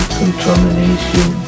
contamination